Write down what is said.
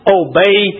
obey